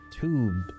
tube